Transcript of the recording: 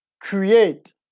create